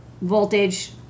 voltage